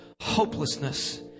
hopelessness